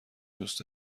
دوست